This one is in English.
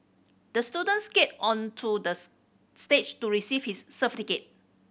the student skated onto the stage to receive his